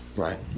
Right